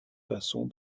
façons